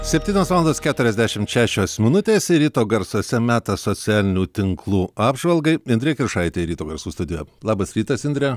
septynios valandos keturiasdešimt šešios minutės ir ryto garsuose metas socialinių tinklų apžvalgai indrė kiršaitė ryto garsų studijoje labas rytas indre